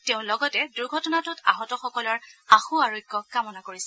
তেওঁলোকে লগতে দূৰ্ঘটনাটোত আহতসকলৰ আশু আৰোগ্য কামনা কৰিছে